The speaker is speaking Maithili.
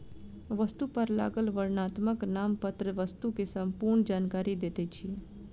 वस्तु पर लागल वर्णनात्मक नामपत्र वस्तु के संपूर्ण जानकारी दैत अछि